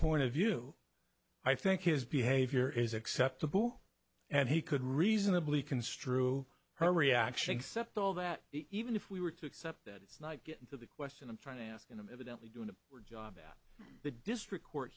point of view i think his behavior is acceptable and he could reasonably construe her reaction except all that even if we were to accept that it's not getting to the question i'm trying to ask it of evidently doing a job at the district court